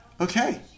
Okay